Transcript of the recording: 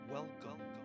Welcome